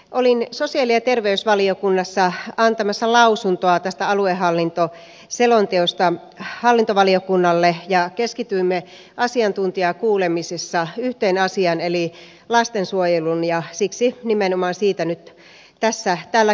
olin sosiaali ja terveysvaliokunnassa antamassa lausuntoa tästä aluehallintoselonteosta hallintovaliokunnalle ja keskityimme asiantuntijakuulemisissa yhteen asiaan eli lastensuojeluun ja siksi nimenomaan siitä nyt tässä tällä kertaa puhun